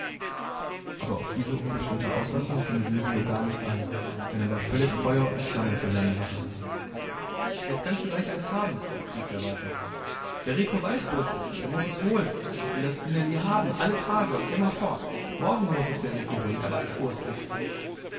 aber auf diese unbestimmte auslassung ging silvio gar nicht ein denn er war völlig feuer und flamme für seine sache jetzt kannst du gleich eins haben rief er weiter der rico weiß wo es ist er muß es holen ich will das stineli haben alle tage und immerfort morgen muß es der rico holen er weiß wo es ist